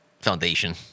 foundation